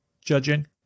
judging